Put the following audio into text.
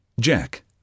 Jack